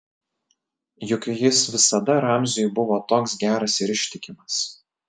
juk jis visada ramziui buvo toks geras ir ištikimas